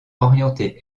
orienté